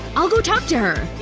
i'll go talk to her